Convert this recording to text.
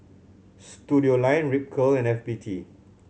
Studioline Ripcurl and F B T